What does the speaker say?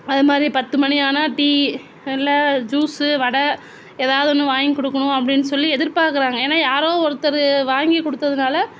அதுமாதிரி பத்து மணி ஆனால் டீ இல்லை ஜூஸ் வடை எதாவது ஒன்று வாங்கி கொடுக்குணும் அப்படின்னு சொல்லி எதிர்பார்க்குறாங்க ஏன்னா யாரோ ஒருத்தர் வாங்கி கொடுத்ததுனால